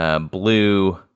blue